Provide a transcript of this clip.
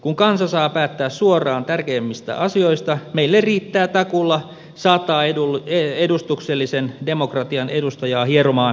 kun kansa saa päättää suoraan tärkeimmistä asioista meille riittää takuulla sata edustuksellisen demokratian edustajaa hieromaan yksityiskohdista